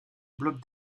bloc